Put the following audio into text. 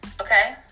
Okay